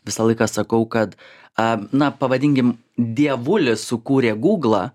visą laiką sakau kad am na pavadinkim dievulis sukūrė gūglą